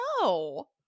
no